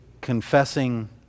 confessing